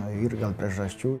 na yr gal priežasčių